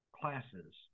classes